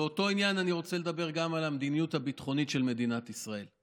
באותו עניין אני רוצה לדבר גם על המדיניות הביטחונית של מדינת ישראל.